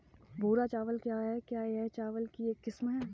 भूरा चावल क्या है? क्या यह चावल की एक किस्म है?